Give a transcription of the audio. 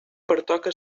pertoca